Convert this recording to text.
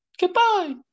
Goodbye